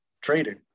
trading